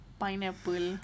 pineapple